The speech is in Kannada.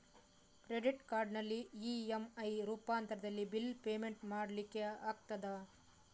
ಕ್ರೆಡಿಟ್ ಕಾರ್ಡಿನಲ್ಲಿ ಇ.ಎಂ.ಐ ರೂಪಾಂತರದಲ್ಲಿ ಬಿಲ್ ಪೇಮೆಂಟ್ ಮಾಡ್ಲಿಕ್ಕೆ ಆಗ್ತದ?